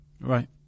right